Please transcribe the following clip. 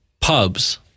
pubs